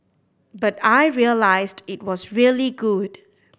but I realised it was really good